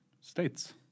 states